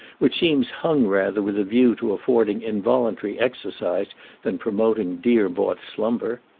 which seems hung rather with a view to affording involuntary exercise than promoting dear-bought slumber.